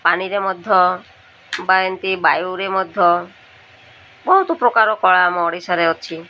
ପାଣିରେ ମଧ୍ୟ ବା ଏମିତି ବାୟୁରେ ମଧ୍ୟ ବହୁତ ପ୍ରକାର କଳା ଆମ ଓଡ଼ିଶାରେ ଅଛି